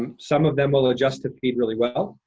some of them will adjust to feed really well.